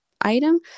item